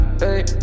Hey